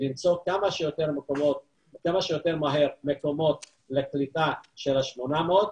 למצוא כמה שיותר מהר מקומות לקליטה של ה-800.